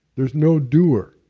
there's no doer,